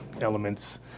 elements